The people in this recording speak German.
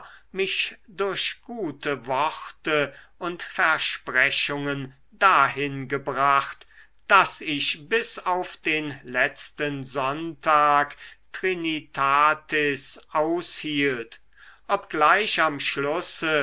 mich durch gute worte und versprechungen dahin gebracht daß ich bis auf den letzten sonntag trinitatis aushielt obgleich am schlusse